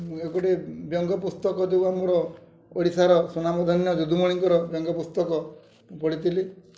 ଏଗୁଟେ ବ୍ୟଙ୍ଗ ପୁସ୍ତକ ଯେଉଁ ଆମର ଓଡ଼ିଶାର ସୁନାମଧନ୍ୟ ଯୁଦୁମଣିଙ୍କର ବ୍ୟଙ୍ଗ ପୁସ୍ତକ ପଢ଼ିଥିଲି